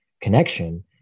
connection